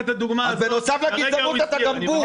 אז בנוסף לגזענות אתה גם בור.